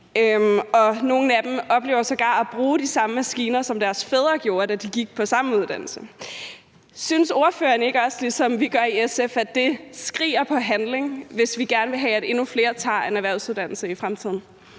Nogle af dem oplever sågar at bruge de samme maskiner, som deres fædre gjorde, da de gik på samme uddannelse. Synes ordføreren ikke også, ligesom vi gør i SF, at det skriger på handling, hvis vi gerne vil have, at endnu flere tager en erhvervsuddannelse i fremtiden?